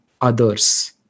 others